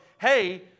hey